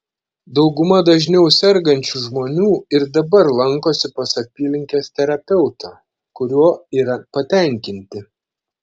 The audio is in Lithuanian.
dauguma dažniau sergančių žmonių ir dabar lankosi pas apylinkės terapeutą kuriuo yra patenkinti